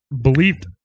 believed